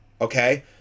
okay